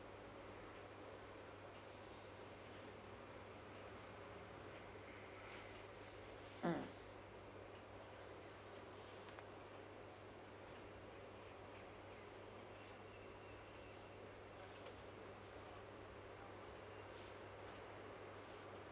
mm